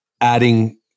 adding